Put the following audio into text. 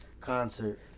concert